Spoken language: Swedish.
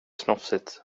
snofsigt